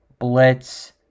blitz